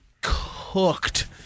cooked